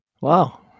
Wow